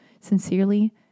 Sincerely